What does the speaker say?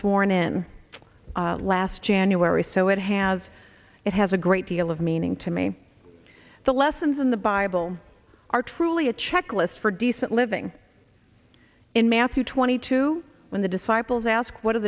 sworn in last january so it has it has a great deal of meaning to me the lessons in the bible are truly a checklist for decent living in matthew twenty two when the disciples ask what are